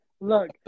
Look